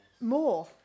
more